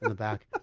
ah back.